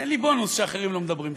תן לי בונוס, כשאחרים לא מדברים.